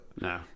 No